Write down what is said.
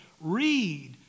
Read